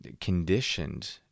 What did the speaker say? conditioned